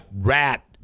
rat